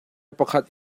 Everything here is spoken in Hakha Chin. pakhat